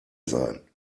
sein